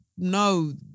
No